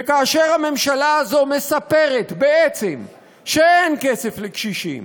וכאשר הממשלה הזו מספרת בעצם שאין כסף לקשישים